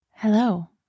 Hello